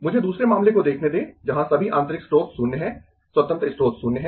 मुझे दूसरे मामले को देखने दें जहां सभी आंतरिक स्रोत शून्य है स्वतंत्र स्रोत शून्य है